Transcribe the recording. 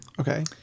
Okay